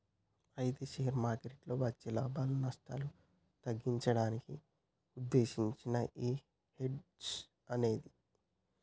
అయితే షేర్ మార్కెట్లలో వచ్చే లాభాలు నష్టాలు తగ్గించడానికి ఉద్దేశించినదే ఈ హెడ్జ్ అనేది